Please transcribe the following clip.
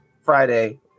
Friday